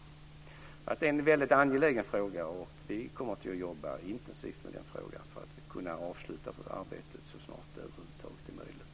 Detta är en väldigt angelägen fråga, och vi kommer att jobba intensivt med den frågan för att kunna avsluta arbetet så snart det över huvud taget är möjligt.